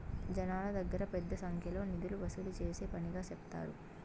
జనాల దగ్గర పెద్ద సంఖ్యలో నిధులు వసూలు చేసే పనిగా సెప్తారు